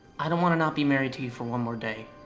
i don't want to not be married to you for one more day.